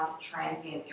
transient